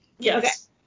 Yes